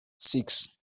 six